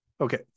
Okay